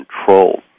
control